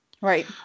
Right